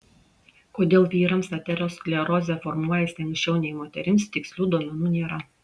kodėl vyrams aterosklerozė formuojasi anksčiau nei moterims tikslių duomenų nėra